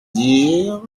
dire